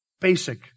basic